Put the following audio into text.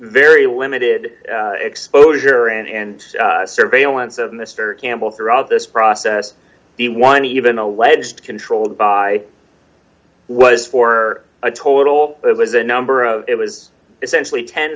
very limited exposure and surveillance of mr campbell throughout this process the one even alleged controlled by was for a total it was a number of it was essentially ten